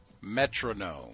Metronome